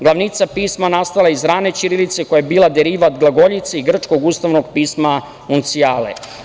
Glavnica pisma nastala iz rane ćirilice koja je bila derivat glagoljice i grčkog ustavnog pisma – uncijale.